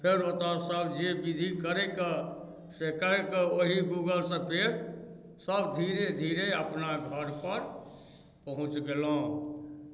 फेर ओतऽसँ जे विजिट करइके ओही गूगलसँ फेर सब धीरे धीरे अपना घरपर पहुँच गेलहुँ